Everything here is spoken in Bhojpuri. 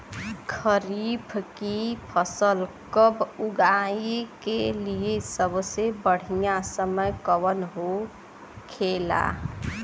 खरीफ की फसल कब उगाई के लिए सबसे बढ़ियां समय कौन हो खेला?